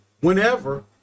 whenever